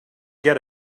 get